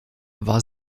war